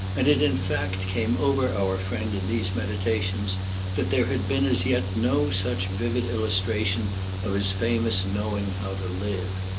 and it in fact came over our friend in these meditations that there had been as yet no such vivid illustration of his famous knowing how to live.